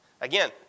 Again